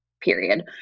Period